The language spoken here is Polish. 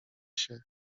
się